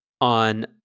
on